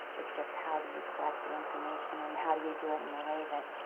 it's just how do you collect the information and how do you do it in a way that